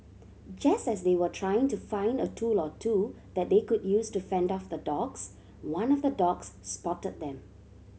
just as they were trying to find a tool or two that they could use to fend off the dogs one of the dogs spotted them